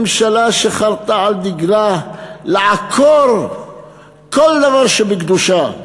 ממשלה שחרתה על דגלה לעקור כל דבר שבקדושה.